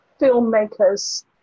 filmmakers